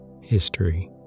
History